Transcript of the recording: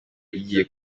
igiye